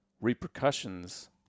repercussions